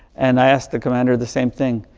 and i asked the commander the same thing,